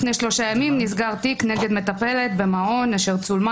לפני שלושה ימים נסגר תיק נגד מטפלת במעון אשר צולמה